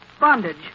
Bondage